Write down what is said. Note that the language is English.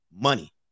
money